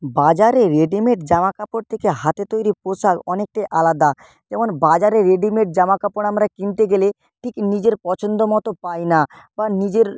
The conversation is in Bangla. বাজারে রেডিমেড জামা কাপড় থেকে হাতে তৈরি পোশাক অনেকটাই আলাদা যেমন বাজারে রেডিমেড জামা কাপড় আমরা কিনতে গেলে ঠিক নিজের পছন্দ মতো পাই না বা নিজের